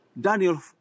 Daniel